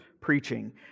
preaching